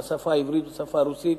בשפה העברית ובשפה הרוסית,